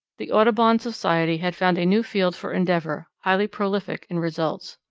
the audubon society had found a new field for endeavour, highly prolific in results.